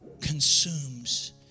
consumes